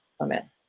Amen